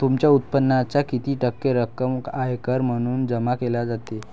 तुमच्या उत्पन्नाच्या किती टक्के रक्कम आयकर म्हणून जमा केली जाते?